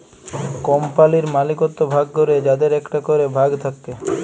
কম্পালির মালিকত্ব ভাগ ক্যরে যাদের একটা ক্যরে ভাগ থাক্যে